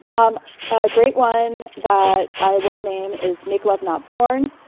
um a great one that i will name is make love, not porn.